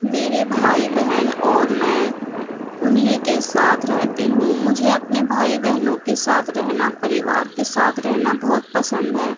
میرے بھائی بہن اور میں انہیں کے ساتھ رہتی ہوں مجھے اپنے بھائی بہنوں کے ساتھ رہنا پریوار کے ساتھ رہنا بہت پسند ہے